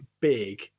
big